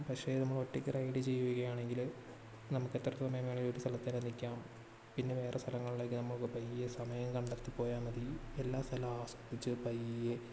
പക്ഷേ നമ്മൾ ഒറ്റയ്ക്ക് റൈഡ് ചെയ്യുവാണെങ്കില് നമക്കെത്ര സമയം വേണേലും ഒര് സ്ഥലത്ത് തന്നെ നിൽക്കാം പിന്നെ വേറെ സ്ഥലങ്ങളിലേക്ക് പയ്യെ സമയം കണ്ടെത്തിപ്പോയാൽ മതി എല്ലാ സ്ഥലവും ആസ്വദിച്ച് പയ്യെ